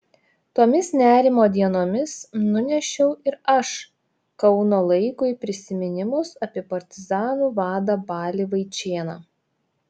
tomis nerimo dienomis nunešiau ir aš kauno laikui prisiminimus apie partizanų vadą balį vaičėną